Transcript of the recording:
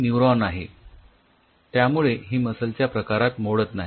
ही neuron आहे त्यामुळे ही मसल च्या प्रकारात मोडत नाही